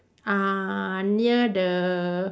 uh near the